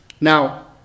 Now